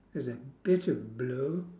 is a bit of blue